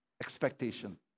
expectation